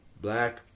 black